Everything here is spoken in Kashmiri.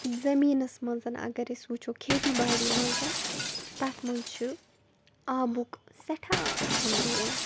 زٔمیٖنس منٛز اگر أسۍ وٕچھو کھیتی باڑی منٛز تَتھ منٛز چھِ آبُک سٮ۪ٹھاہ اَہم رول